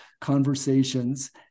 conversations